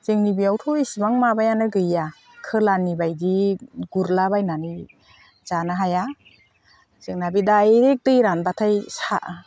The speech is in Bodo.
जोंनि बेयावथ' एसेबां माबायानो गैया खोलाहानि बायदि गुरलाबायनानै जानो हाया जोंना बे दा ओइ दै रानबाथाय सा